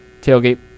tailgate